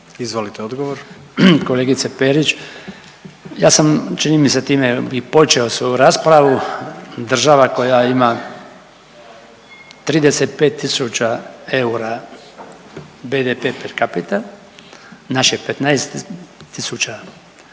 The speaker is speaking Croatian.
Branko (HDZ)** Kolegice Perić, ja sam čini mi se time i počeo svoju raspravu. Država koja ima 35000 eura per capita, naš je 15 000